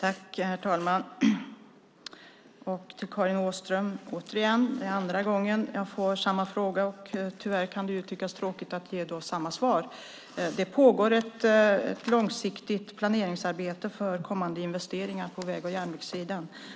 Herr talman! Till Karin Åström säger jag återigen - det är andra gången jag får samma fråga, och tyvärr kan det tyckas tråkigt att ge samma svar - att det pågår ett långsiktigt planeringsarbete för kommande investeringar på väg och järnvägssidan.